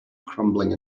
crumbling